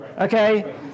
Okay